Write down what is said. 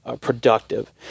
Productive